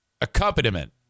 accompaniment